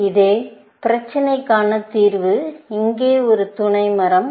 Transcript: எனவே இதே பிரச்சினைக்கான தீர்வு இங்கே ஒரு துணை மரம்